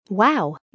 Wow